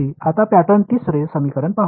आता पॅटर्न 3 रे समीकरण पाहू